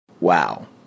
Wow